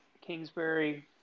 Kingsbury